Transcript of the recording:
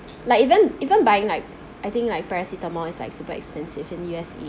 like even even buying like I think like paracetamol is like super expensive in U_S_A